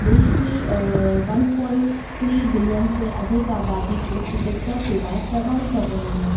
देश की one point three billion से अधिक आबादी को चिकित्सा सेवाएँ प्रदान कर रही हैं